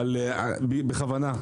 אבל בכוונה,